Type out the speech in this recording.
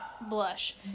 blush